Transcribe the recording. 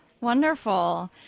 wonderful